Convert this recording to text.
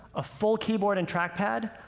a full keyboard and trackpad,